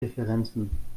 differenzen